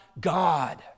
God